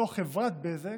לא חברת בזק,